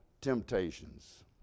temptations